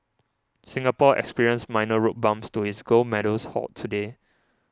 Singapore experienced minor road bumps to its gold medals haul today